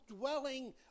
dwelling